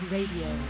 Radio